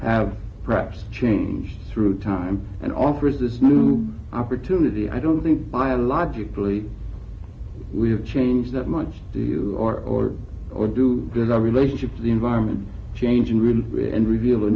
have perhaps changed through time and offers this new opportunity i don't think biologically we have changed that much to you or or do good our relationship to the environment changing room and reveal a